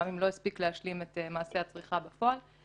גם אם לא הספיק להשלים את מעשה הצריכה בפועל,